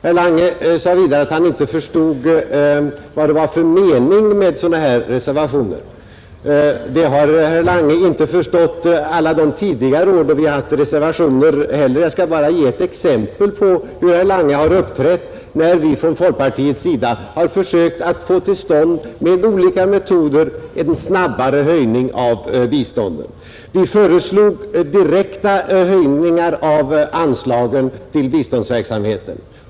Vidare sade herr Lange att han inte förstod vad det var för mening med sådana här reservationer. Nej, det har han inte förstått alla tidigare år heller, då vi har haft reservationer. Jag skall här bara ge ett exempel på hur herr Lange har uppträtt, när vi från folkpartiets sida med olika metoder har försökt få till stånd en snabbare höjning av biståndet till u-länderna. Vi föreslog direkta höjningar av anslagen till biståndsverksamheten.